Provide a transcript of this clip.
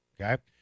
okay